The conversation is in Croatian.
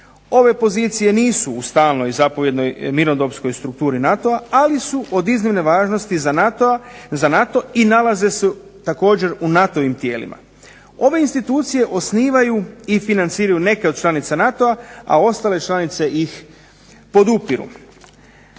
Ove pozicije nisu u stalnoj zapovjednoj mirnodopskoj strukturi NATO-a, ali su od iznimne važnosti za NATO i nalaze se također u NATO-ovim tijelima. Ove institucije osnivaju i financiraju neke od članica NATO-a, a ostale članice ih podupiru.